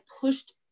pushed